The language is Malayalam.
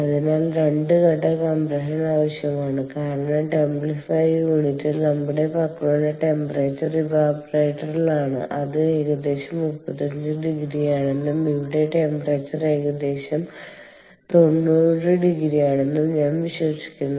അതിനാൽ 2 ഘട്ട കംപ്രഷൻ ആവശ്യമാണ് കാരണം ടെംപ്ലിഫയർ യൂണിറ്റിൽ നമ്മുടെ പക്കലുള്ള ടെമ്പറേച്ചർ ഇവാപറേറ്റാറിലാണ് അത് ഏകദേശം 35 ഡിഗ്രിയാണെന്നും ഇവിടെ ടെമ്പറേച്ചർ ഏകദേശം 90 ഡിഗ്രിയാണെന്നും ഞാൻ വിശ്വസിക്കുന്നു